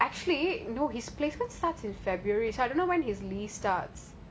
actually know his placement set in february so I don't know when his uni starts